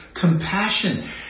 compassion